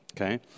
okay